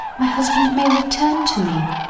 my husband may return to me.